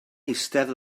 eistedd